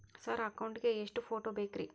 Sir account ಗೇ ಎಷ್ಟು photo ಬೇಕ್ರಿ?